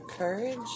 courage